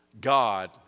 God